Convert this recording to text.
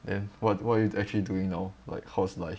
then what what you actually doing now like how's life